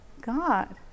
God